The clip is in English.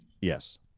Yes